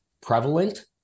prevalent